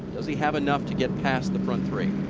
does he have enough to get past the front race.